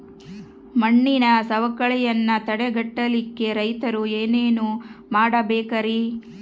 ಮಣ್ಣಿನ ಸವಕಳಿಯನ್ನ ತಡೆಗಟ್ಟಲಿಕ್ಕೆ ರೈತರು ಏನೇನು ಮಾಡಬೇಕರಿ?